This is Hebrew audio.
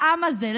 לעם הזה,